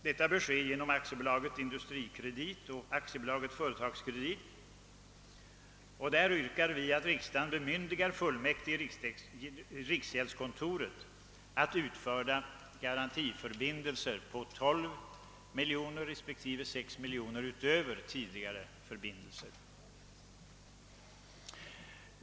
Detta bör äga rum genom AB Industrikredit och AB Företagskredit, och här yrkar vi att riksdagen bemyndigar fullmäktige i riksgäldskontoret att utfärda garantiförbindelser på 12 respektive 6 miljoner kronor utöver tidigare förbindelser.